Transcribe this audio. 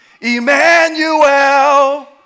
Emmanuel